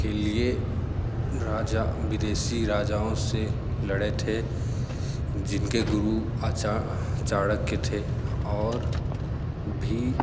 के लिए राजा विदेशी राजाओं से लड़े थे जिन के गुरु आचार्य चाणक्य थे और भी